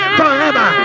forever